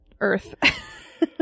earth